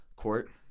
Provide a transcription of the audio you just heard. court